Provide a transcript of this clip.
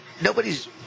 Nobody's